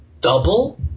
double